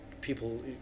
people